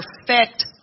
perfect